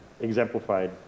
exemplified